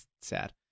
sad